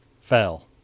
fell